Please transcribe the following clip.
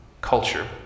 culture